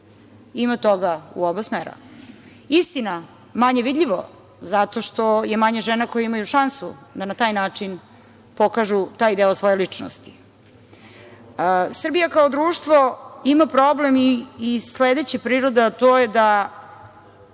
ima toga u oba smera. Istina, manje vidljivo, zato što je manje žena koje imaju šansu da na taj način pokažu taj deo svoje ličnosti. Srbija kao društvo ima problem i sledeće prirode, a to je da